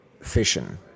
fission